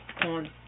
on